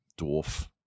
dwarf